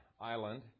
island